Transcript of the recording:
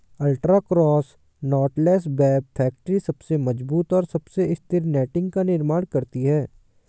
ultra cross knotless web factory सबसे मजबूत और सबसे स्थिर नेटिंग का निर्माण करती है